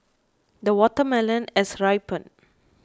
the watermelon has ripened